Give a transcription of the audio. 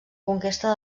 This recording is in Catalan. conquesta